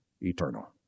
eternal